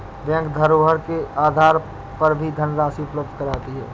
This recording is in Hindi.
बैंक धरोहर के आधार पर भी धनराशि उपलब्ध कराती है